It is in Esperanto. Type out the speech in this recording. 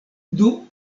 dum